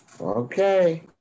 Okay